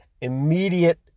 immediate